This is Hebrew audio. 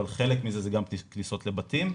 אבל חלק מזה זה גם כניסות לבתים.